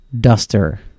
duster